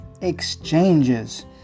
exchanges